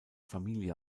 familie